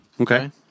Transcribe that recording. Okay